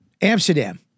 Amsterdam